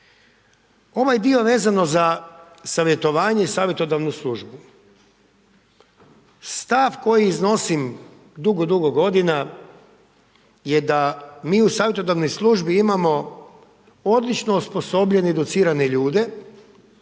Ovaj dio vezano za savjetovanje i savjetodavnu službu. Stav koji iznosim dugo, dugo godina je da mi u savjetodavnoj službi imamo odlično osposobljene i educirane ljude